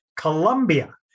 Colombia